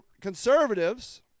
conservatives